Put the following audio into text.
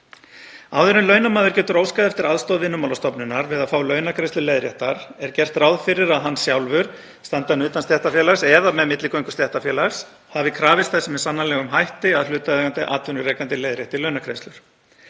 Áður en launamaður getur óskað eftir aðstoð Vinnumálastofnunar við að fá launagreiðslur leiðréttar er gert ráð fyrir að hann sjálfur, standi hann utan stéttarfélags eða með milligöngu stéttarfélags, hafi krafist þess með sannanlegum hætti að hlutaðeigandi atvinnurekandi leiðrétti launagreiðslur.